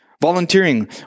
volunteering